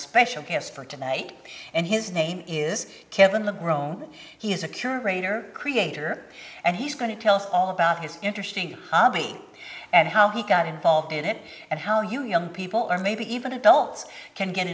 special guest for tonight and his name is kevin love grown he is a curator creator and he's going to tell us all about his interesting hobby and how he got involved in it and how you young people or maybe even adults can get